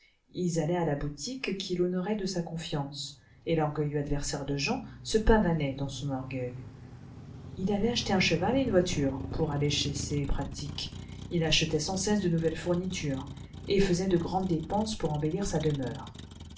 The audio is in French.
ils allaient àla boutique qu'il honorait de sa conhance et l'orgueilleux adversaire de jean se pavanait dans son orgueil il avait acheté un cheval et une voiture pour aller chez ses pratiques il achetait sans cesse de nouvelles fournitures et faisait de grandes dépenses pour embellir sa demeure